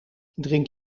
drink